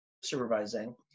supervising